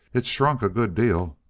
it's shrunk a good deal.